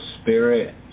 spirit